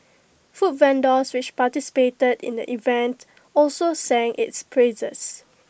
food vendors which participated in the event also sang its praises